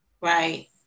Right